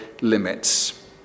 limits